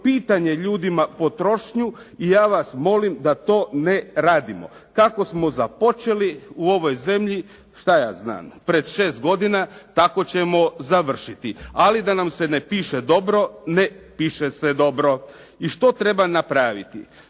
pitanje ljudima potrošnju i ja vas molim da to ne radimo. Kako smo započeli u ovoj zemlji, šta ja znam pred šest godina tako ćemo završiti. Ali da nam se ne piše dobro ne piše se dobro. I što treba napraviti?